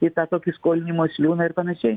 į tą tokį skolinimosi liūną ir panašiai